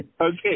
okay